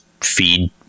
feed